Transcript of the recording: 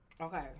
Okay